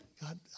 God